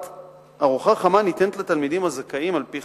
ארוחה חמה ניתנת לתלמידים הזכאים על-פי